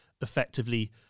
effectively